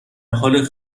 حال